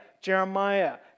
Jeremiah